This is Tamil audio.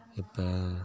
இப்போ